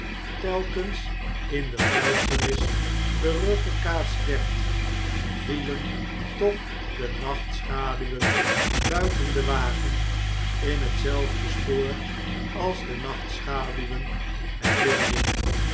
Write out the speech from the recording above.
telkens in de duisternis teruggekaats werd vielen toch de nachtschaduwen buiten den wagen in hetzelfde spoor als de nachtschaduwen er binnenin